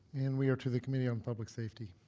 and we are to the committee on public safety.